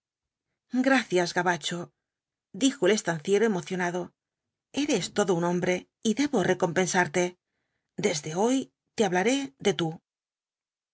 gracias gabacho dijo el estanciero emocionado eres todo un hombre y debo recompensarte desde hoy te hablaré de tú